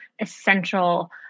essential